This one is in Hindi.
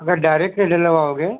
अगर डायरेक्ट में लेने आओगे